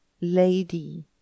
Lady